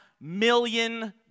million